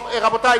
רבותי,